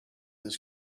this